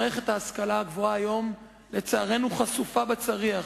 מערכת ההשכלה הגבוהה היום, לצערנו, חשופה בצריח.